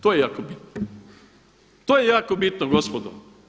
To je jako bitno, to je jako bitno gospodo.